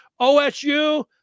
OSU